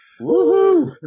Woohoo